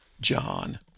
John